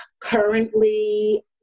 currently